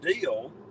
deal